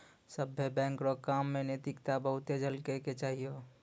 सभ्भे बैंक रो काम मे नैतिकता बहुते झलकै के चाहियो